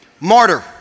martyr